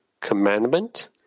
Commandment